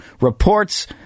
reports